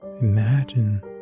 imagine